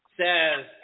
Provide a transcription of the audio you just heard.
says